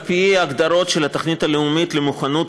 על-פי ההגדרות של התוכנית הלאומית למוכנות